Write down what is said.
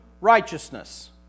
righteousness